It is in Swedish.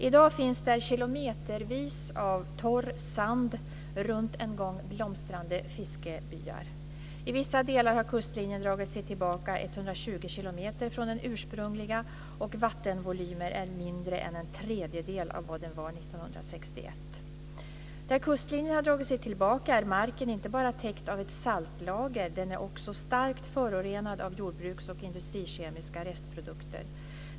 I dag finns där kilometervis av torr sand runt en gång blomstrande fiskebyar. I vissa delar har kustlinjen dragit sig tillbaka 120 km från den ursprungliga, och vattenvolymen är mindre än en tredjedel av vad den var 1961. Där kustlinjen har dragit sig tillbaka är marken inte bara täckt av ett saltlager, den är också starkt förorenad av jordbruks och industrikemiska restprodukter.